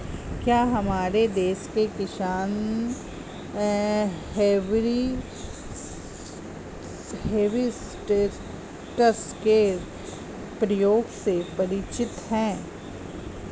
क्या हमारे देश के किसान हर्बिसाइड्स के प्रयोग से परिचित हैं?